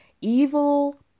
evil